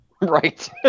right